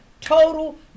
total